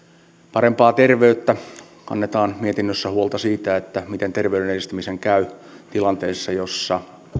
parempaa terveyttä mietinnössä kannetaan huolta siitä miten terveyden edistämisen käy tilanteessa jossa